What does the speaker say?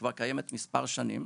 כבר קיימת מספר שנים,